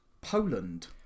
Poland